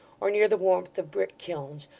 or near the warmth of brick-kilns,